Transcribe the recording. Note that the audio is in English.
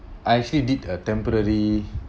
I actually did a temporary